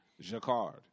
Jacquard